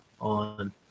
on